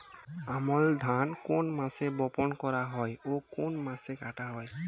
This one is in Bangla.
আমন ধান কোন মাসে বপন করা হয় ও কোন মাসে কাটা হয়?